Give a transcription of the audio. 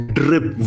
drip